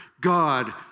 God